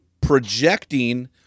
projecting